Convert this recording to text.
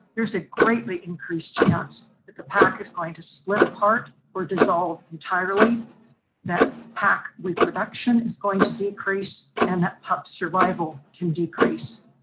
there's a greatly increased chance that the pack is going to split apart or dissolve entirely that pack reproduction is going to decrease and that packs survival can decrease.